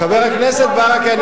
חבר הכנסת ברכה,